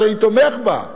שאני תומך בה: